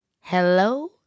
Hello